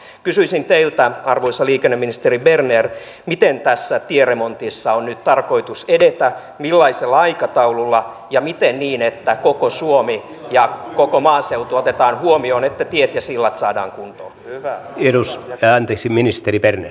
kysyisin teiltä arvoisa liikenneministeri berner miten tässä tieremontissa on nyt tarkoitus edetä millaisella aikataululla ja miten niin että koko suomi ja koko maaseutu otetaan huomioon että tietä sillä saadaan kuntoon hyvää inus kääntyisi ministeri berner